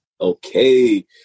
Okay